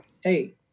hey